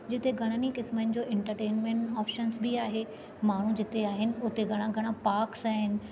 जिते घणनि ई क़िस्मनि जो इंटरटेनमेंट ऑप्शन्स बि आहे माण्हू जिते आहिनि उते घणा घणा पाक्स आहिनि